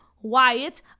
Wyatt